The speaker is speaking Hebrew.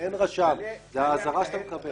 לא, אין רשם, זו אזהרה שאתה מקבל.